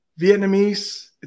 Vietnamese